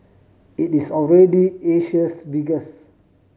it is already Asia's biggest